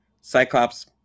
Cyclops